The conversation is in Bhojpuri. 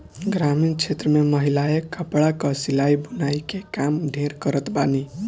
ग्रामीण क्षेत्र में महिलायें कपड़ा कअ सिलाई बुनाई के काम ढेर करत बानी